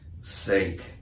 sake